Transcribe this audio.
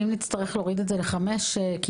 אם נצטרך להוריד את התקופה ל-5 שנים כי